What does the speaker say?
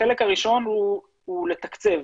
החלק הראשון הוא לתקצב,